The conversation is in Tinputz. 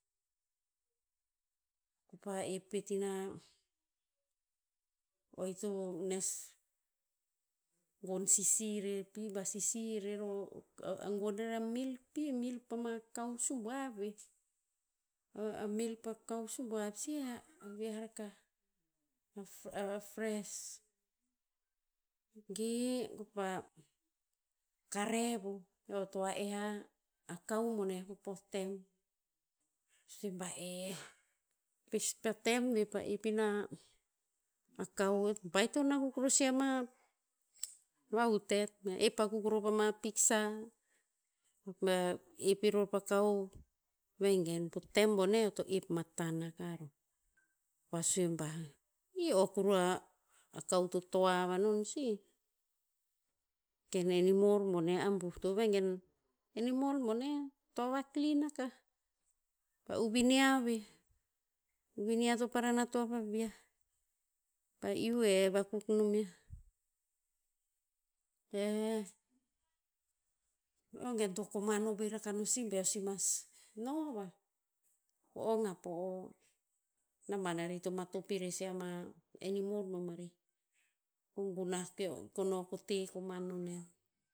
Kopa ep pet ina o ito nes gon sisi rer pi ba sisi rer o gon rer a milk pi milk pama kao subuav veh. A milk pa kao subuav sih a viah rakah. A a fresh. Ge, kopa karev o, eo he toa eh a kao boneh po poh tem. Sue ba eh, pespla tem ve pa ep ina, a kao. Baiton akuk ror si ama vahutet, mea ep akuk ror pama piksa bea ep iror pa kao. Vegen po tem boneh, eo to ep matan aka roh. Pa sue bah, ih o kuru a- a kao to toa va non sih. Ken enimor bone abuh to vegen, animal boneh, toa va klin akah. Pa uvin nia veh. Uvin nia to parin na toa vaviah. Pa iu hev akuk nom yiah. Heh, eo gen to koman ovoe rakah no si beo si mas, no vah. Ko ong ha po o naban nari to matop irer si ama enimor bomarih. Ko gunah keo no ko te koman no nen